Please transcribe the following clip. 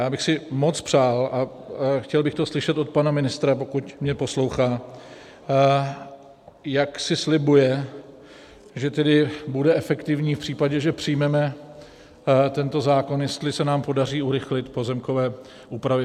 Já bych si moc přál, a chtěl bych to slyšet od pana ministra, pokud mě poslouchá, jak si slibuje, že tedy bude efektivní v případě, že přijmeme tento zákon, jestli se nám podaří urychlit pozemkové úpravy.